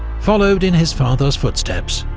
followed in his father's footsteps,